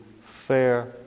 fair